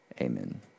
amen